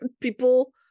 people